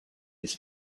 his